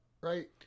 right